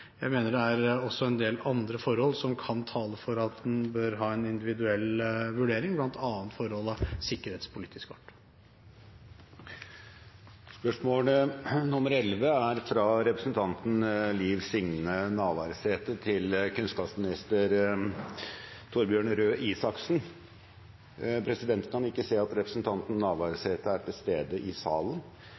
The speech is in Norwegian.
Jeg mener det også er en del andre forhold som kan tale for at en bør ha en individuell vurdering, bl.a. forhold av sikkerhetspolitisk art. Dette spørsmålet bortfaller, da spørreren ikke er til stede. Mitt spørsmål til kunnskapsministeren lyder som følger: «Nasjonale prøver er et viktig styringsverktøy i skolen. Samtidig er det slik at stadig flere skoler tar i